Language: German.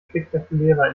spektakulärer